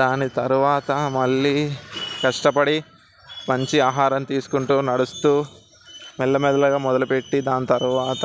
దాని తరువాత మళ్ళీ కష్టపడి మంచి ఆహారం తీసుకుంటూ నడుస్తూ మెల్లమెల్లగా మొదలుపెట్టి దాని తరువాత